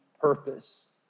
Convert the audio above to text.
purpose